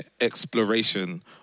exploration